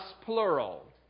plural